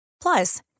Plus